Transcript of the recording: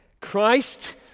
Christ